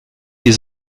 die